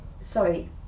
sorry